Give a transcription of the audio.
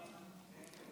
כן.